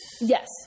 yes